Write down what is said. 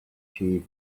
achieve